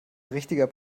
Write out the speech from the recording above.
richtiger